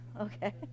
Okay